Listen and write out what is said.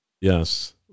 Yes